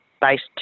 based